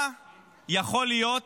מה יכול להיות